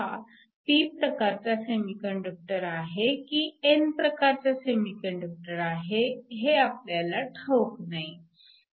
हा p प्रकारचा semiconductor आहे की n प्रकारचा सेमीकंडक्टर आहे हे आपल्याला ठाऊक नाही